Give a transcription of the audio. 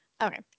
Okay